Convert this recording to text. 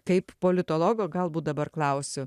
kaip politologo galbūt dabar klausiu